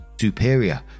superior